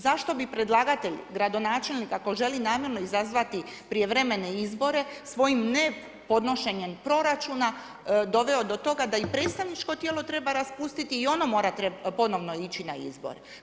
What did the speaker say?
Zašto pri predlagatelj, gradonačelnik ako želi namjerno izazvati prijevremene izbore svojim ne podnošenjem proračuna doveo do toga da i predstavničko tijelo treba raspustiti o ono mora ponovno ići na izbor.